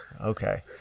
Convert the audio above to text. Okay